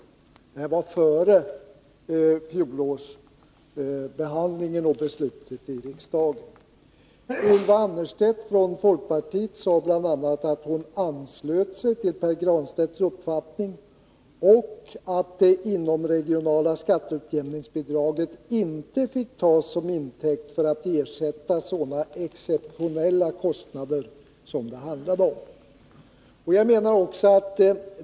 Det var före fjolårsbehandlingen och beslutet i riksdagen. Ylva Annerstedt sade bl.a. att hon anslöt sig till Pär Granstedts uppfattning och att det inomregionala skatteutjämningsbidraget inte fick tas tillintäkt för att ersätta sådana exceptionella kostnader som det här handlade om.